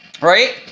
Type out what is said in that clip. right